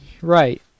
Right